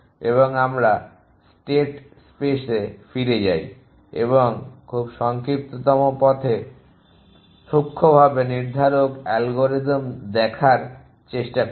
এবং আমরা স্টেট স্পেসে ফিরে যাই এবং সংক্ষিপ্ততম পথে সুক্ষভাবে নির্ধারক অ্যালগরিদম দেখার চেষ্টা করি